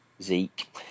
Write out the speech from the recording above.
Zeke